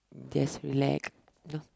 just relax you know